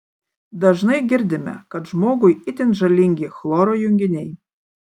dažnai girdime kad žmogui itin žalingi chloro junginiai